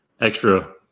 extra